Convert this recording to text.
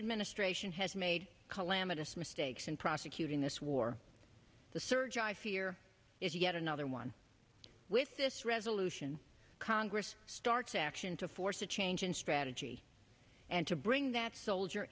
administration has made calamitous mistakes in prosecuting this war the surge i fear is yet another one with this resolution congress starts action to force a change in strategy and to bring that soldier